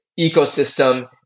ecosystem